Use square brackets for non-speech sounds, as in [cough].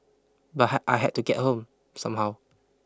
but [unintelligible] I had to get home somehow